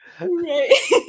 Right